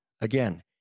Again